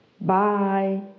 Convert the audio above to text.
bye